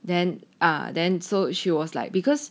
then uh then so she was like because